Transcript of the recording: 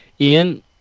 Ian